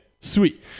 sweet